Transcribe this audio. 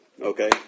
okay